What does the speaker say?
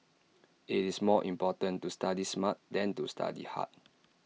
IT is more important to study smart than to study hard